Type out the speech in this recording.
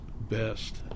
best